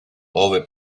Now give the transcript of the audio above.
ove